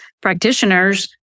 practitioners